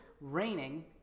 raining